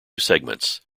segments